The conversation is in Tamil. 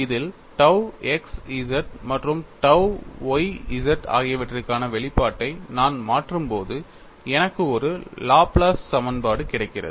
இதில் tau x z மற்றும் tau y z ஆகியவற்றுக்கான வெளிப்பாட்டை நான் மாற்றும்போது எனக்கு ஒரு லாப்லேஸ் சமன்பாடு கிடைக்கிறது